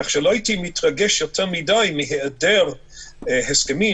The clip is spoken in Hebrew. כך שלא הייתי מתרגש מהיעדר הסכמים